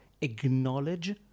acknowledge